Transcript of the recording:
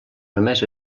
només